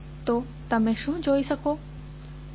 તો તમે શું જોઈ શકો છો